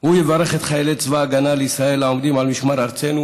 הוא יברך את חילי צבא ההגנה לישראל העומדים על משמר ארצנו